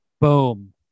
Boom